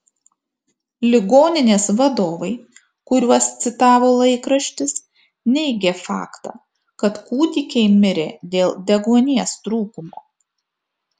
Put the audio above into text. ligoninės vadovai kuriuos citavo laikraštis neigė faktą kad kūdikiai mirė dėl deguonies trūkumo